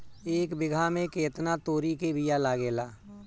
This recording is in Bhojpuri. एक बिगहा में केतना तोरी के बिया लागेला?